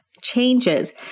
changes